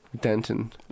Denton